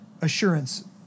assurance